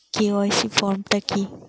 KYC form টা কি?